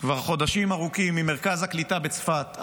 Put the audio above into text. כבר חודשים ארוכים ממרכז הקליטה בצפת,